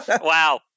Wow